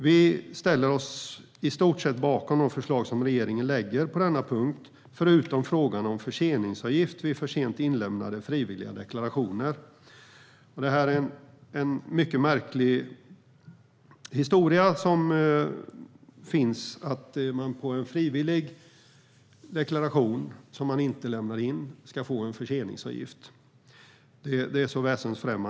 Vi ställer oss i stort sett bakom de förslag som regeringen lägger fram på denna punkt, förutom frågan om förseningsavgift vid för sent inlämnade frivilliga deklarationer. Det här är en mycket märklig historia - för att man inte lämnar in en frivillig deklaration ska man få en förseningsavgift.